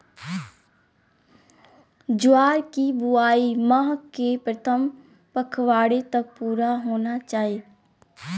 ज्वार की बुआई माह के प्रथम पखवाड़े तक पूरा होना चाही